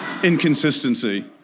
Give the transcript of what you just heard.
Inconsistency